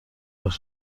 راه